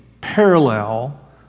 parallel